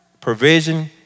Provision